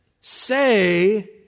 say